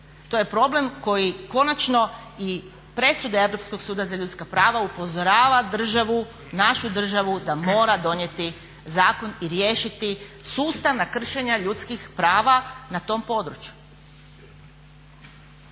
To je problem koji konačni i presuda Europskog suda za ljudska prava upozorava državu, našu državu da mora donijeti zakon i riješiti sustavna kršenja ljudskih prava na tom području.